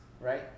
Right